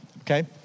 okay